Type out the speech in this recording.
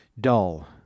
dull